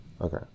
Okay